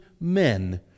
men